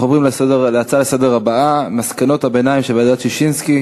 אנחנו עוברים להצעות לסדר-היום הבאות: מסקנות הביניים של ועדת ששינסקי